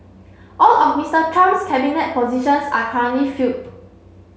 all of Mister Trump's cabinet positions are currently filled